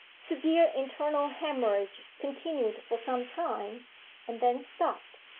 severe internal haemorrhage continued for some time and then stopped.